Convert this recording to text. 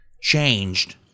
changed